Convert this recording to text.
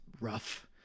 rough